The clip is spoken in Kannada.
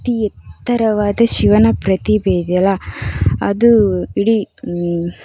ಅತಿ ಎತ್ತರವಾದ ಶಿವನ ಪ್ರತಿಭೆ ಇದೆ ಅಲ್ಲ ಅದು ಇಡೀ